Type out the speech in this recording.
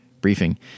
Briefing